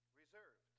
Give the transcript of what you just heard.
reserved